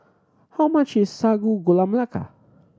how much is Sago Gula Melaka